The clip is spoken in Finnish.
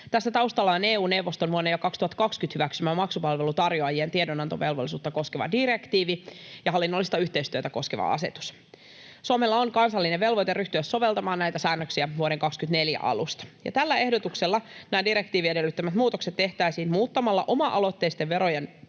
Tässä taustalla on EU-neuvoston jo vuonna 2020 hyväksymä maksupalveluntarjoajien tiedonantovelvollisuutta koskeva direktiivi ja hallinnollista yhteistyötä koskeva asetus. Suomella on kansallinen velvoite ryhtyä soveltamaan näitä säännöksiä vuoden 24 alusta, ja tällä ehdotuksella nämä direktiivin edellyttämät muutokset tehtäisiin muuttamalla oma-aloitteisten verojen